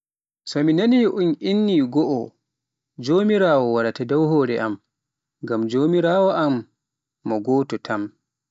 So mi nani un inni ni go'o, jomiraawoo wara dow hore am, ngam jamirawoo am mo gooto tan.